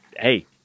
hey